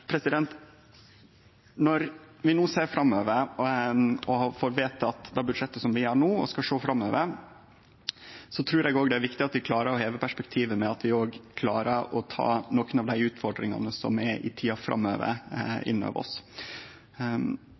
Når vi no får vedteke dette budsjettet og skal sjå framover, trur eg det er viktig at vi klarar å heve perspektivet ved at vi òg klarar å ta nokre av dei utfordringane som ligg der i tida framover, inn over oss.